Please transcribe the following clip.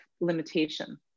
limitation